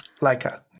Leica